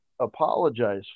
apologize